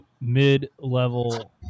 mid-level